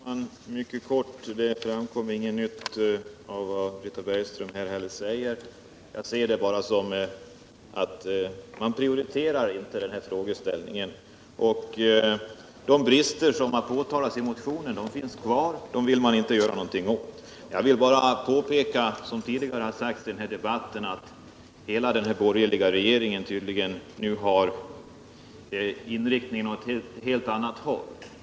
Herr talman! Mycket kort! Det framkom inget nytt i det Britta Bergström nu sade. Jag ser det så att man inte prioriterar de här frågorna. De brister i föräldraförsäkringen som har påtalats i motionen finns kvar; dem vill man inte göra någonting åt. Jag vill bara påpeka något som tidigare sagts i den här debatten, nämligen att hela den borgerliga regeringen tydligen inriktar sig på helt andra saker.